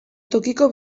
tokiko